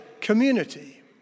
community